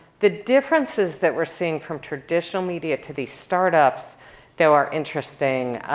the differences that we're seeing from traditional media to these startups though are interesting.